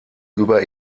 über